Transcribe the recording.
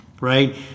Right